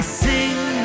sing